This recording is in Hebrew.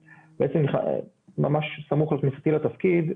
ממש סמוך לכניסתי לתפקיד,